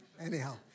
Anyhow